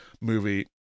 movie